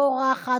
בורחת,